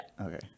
Okay